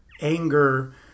anger